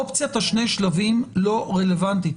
אופציית השני שלבים לא רלוונטית,